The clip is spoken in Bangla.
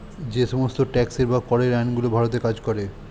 যে সমস্ত ট্যাক্সের বা করের আইন গুলো ভারতে কাজ করে